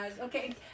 okay